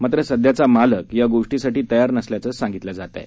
मात्र सध्याचा मालक या गोष्टीसाठी तयार नसल्याचं सांगितलं जात आहे